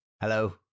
Hello